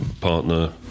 partner